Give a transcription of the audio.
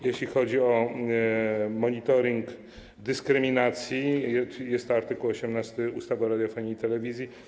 Jeśli chodzi o monitoring dyskryminacji, jest to art. 18 ustawy o radiofonii i telewizji.